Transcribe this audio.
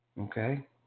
okay